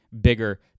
bigger